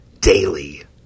daily